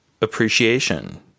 appreciation